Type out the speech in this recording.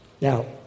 Now